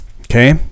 okay